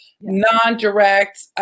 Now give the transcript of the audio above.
non-direct